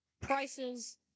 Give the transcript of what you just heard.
prices